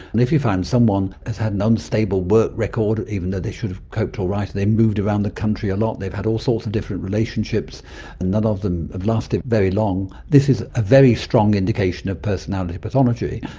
and if you find someone has had an unstable work record, even though they should have coped all right, and they moved around the country a lot, they've had all sorts of different relationships and none of them have lasted very long, this is a very strong indication of personality pathology.